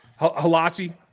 Halasi